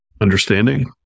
understanding